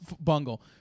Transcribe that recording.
Bungle